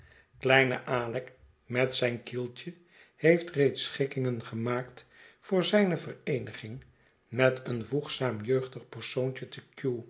kleine aleck met zijn kieltje heeft reeds schikkingen gemaakt voor zijne vereeniging met een voegzaam jeugdig persoontje te